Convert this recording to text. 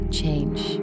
change